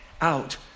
out